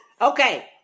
Okay